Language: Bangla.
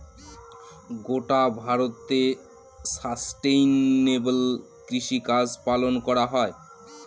গোটা ভারতে সাস্টেইনেবল কৃষিকাজ পালন করা হয়